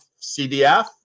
CDF